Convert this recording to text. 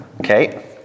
Okay